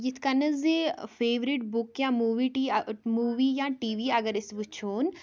یِتھ کَنَتھ زِ فیورِٹ بُک یا موٗوی ٹی موٗوی یا ٹی وی اگر أسۍ وٕچھون